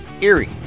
Erie